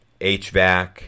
HVAC